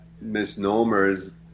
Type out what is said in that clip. misnomers